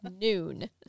noon